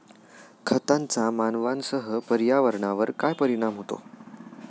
खतांचा मानवांसह पर्यावरणावर काय परिणाम होतो?